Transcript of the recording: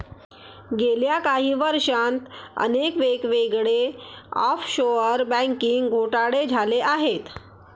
गेल्या काही वर्षांत अनेक वेगवेगळे ऑफशोअर बँकिंग घोटाळे झाले आहेत